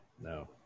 no